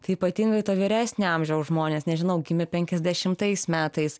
tai ypatingai vyresnio amžiaus žmonės nežinau gimė penkiasdešimtais metais